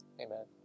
Amen